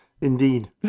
indeed